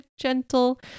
gentle